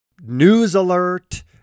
news-alert